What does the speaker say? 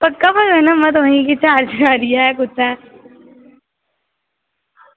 पक्का पता ना तुसेंगी की चारदिवारी ऐ कुत्थें ऐ